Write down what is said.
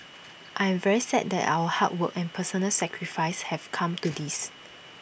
I am very sad that our hard work and personal sacrifice have come to this